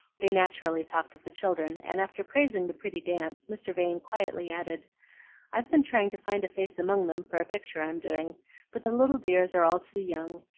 they naturally talked of the children, and after praising the pretty dance mr. vane quietly added i've been trying to find a face among them for a picture i'm doing but the little dears are all too young,